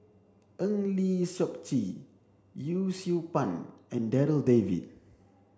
Eng Lee Seok Chee Yee Siew Pun and Darryl David